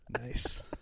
Nice